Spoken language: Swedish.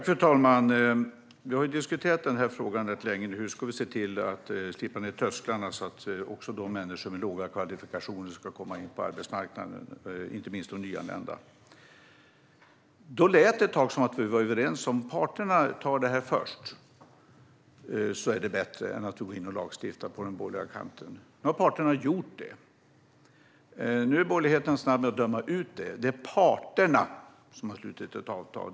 Fru talman! Vi har diskuterat ganska länge hur vi ska slipa ned trösklarna så att också människor med låga kvalifikationer, inte minst nyanlända, ska komma in på arbetsmarknaden. Det lät ett tag som att vi var överens om att det är bättre att parterna tar det här först, än att vi ska gå in och lagstifta. Nu har parterna gjort det. Och nu är borgerligheten snabb att döma ut det. Det är parterna som har slutit ett avtal.